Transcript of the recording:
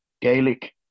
Gaelic